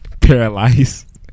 paralyzed